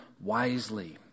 wisely